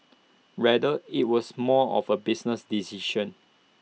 rather IT was more of A business decision